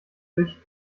sich